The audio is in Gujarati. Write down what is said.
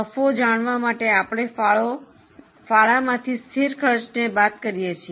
નફો જાણવા માટે આપણે ફાળો માંથી સ્થિર ખર્ચને બાદ કરીએ છીએ